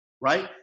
right